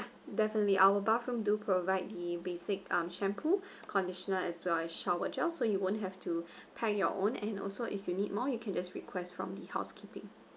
definitely our bathroom do provide the basic um shampoo conditioner as well as shower gel so you won't have to pack your own and also if you need more you can just requests from the housekeeping